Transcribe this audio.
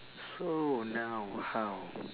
so now how